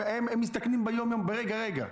הם מסתכנים ביום-יום, רגע-רגע.